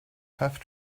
have